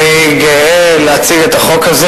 אני גאה להציג את החוק הזה,